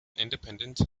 independent